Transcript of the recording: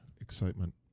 excitement